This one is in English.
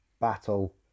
battle